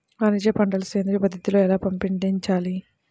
వాణిజ్య పంటలు సేంద్రియ పద్ధతిలో ఎలా పండించాలి?